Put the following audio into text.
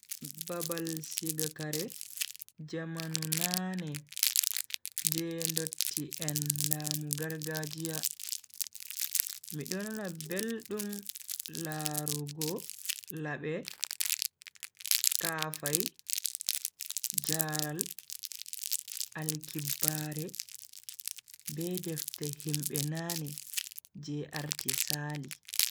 Babal siga kare jamanu nane je ndotti en lamu gargajiya. mi do nana beldum larugo labe, kafai, jaral, alkibbaare, be defte himbe nane je arti Sali.